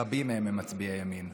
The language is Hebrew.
רבים מהם הם מצביעי ימין.